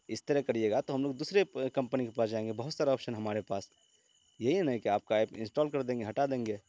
اس طرح کریے گا تو ہم لوگ دوسرے کمپنی کے پاس جائیں گے بہت سارا آپشن ہے ہمارے پاس یہی ہے نا کہ آپ کا ایپ انسٹال کر دیں گے ہٹا دیں گے